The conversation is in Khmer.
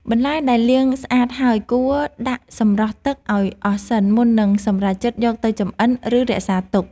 បន្លែដែលលាងស្អាតហើយគួរដាក់សម្រស់ទឹកឱ្យអស់សិន មុននឹងសម្រេចចិត្តយកទៅចម្អិន ឬរក្សាទុក។